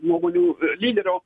nuogulių lyderio